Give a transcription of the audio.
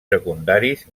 secundaris